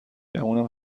گمونم